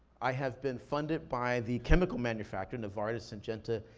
i have been funded by the chemical manufacturer, novatris, syngenta,